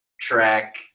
track